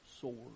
sword